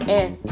es